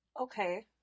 Okay